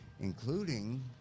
including